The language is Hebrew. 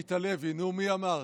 עמית הלוי, נו, מי אמר?